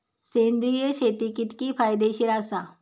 सेंद्रिय शेती कितकी फायदेशीर आसा?